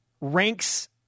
ranks